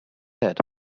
head